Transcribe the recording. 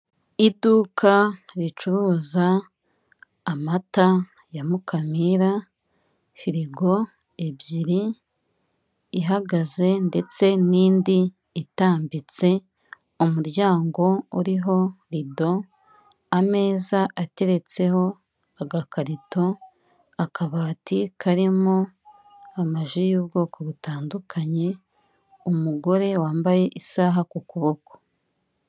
Iduka ricuruza amata ya Mukamira, firigo ebyiri, ihagaze ndetse n'indi itambitse, umuryango uriho rido, ameza ateretseho agakarito, akabati karimo amaji y'ubwoko butandukanye umugore wambaye isaha k'ukuboko.